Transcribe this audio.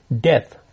death